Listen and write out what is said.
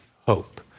hope